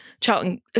Charlton